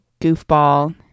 goofball